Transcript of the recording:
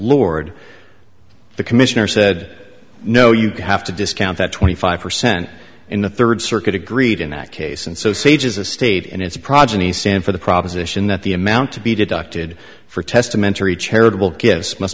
lord the commissioner said no you have to discount that twenty five percent in the third circuit agreed in that case and so sages a state and its progeny sand for the proposition that the amount to be deducted for testamentary charitable gifts must